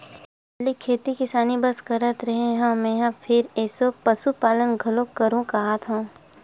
पहिली तो खाली खेती किसानी बस करत रेहे हँव मेंहा फेर एसो पसुपालन घलोक करहूं काहत हंव